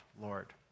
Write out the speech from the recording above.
Lord